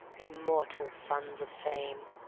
immortal sons of fame.